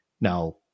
Now